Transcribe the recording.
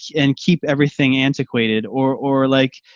and keep everything antiquated or or like,